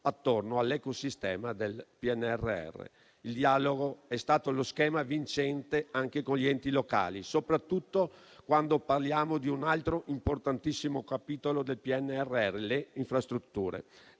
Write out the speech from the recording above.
attorno all'ecosistema del PNRR. Il dialogo è stato lo schema vincente anche con gli enti locali, soprattutto quando parliamo di un altro importantissimo capitolo del PNRR, quello sulle infrastrutture.